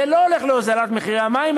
זה לא הולך להוזלת מחירי המים,